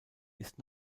ist